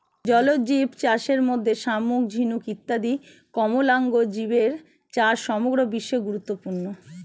জলজীবচাষের মধ্যে শামুক, ঝিনুক ইত্যাদি কোমলাঙ্গ জীবের চাষ সমগ্র বিশ্বে গুরুত্বপূর্ণ